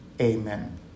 Amen